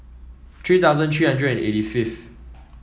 three thousand three hundred and eighty fifth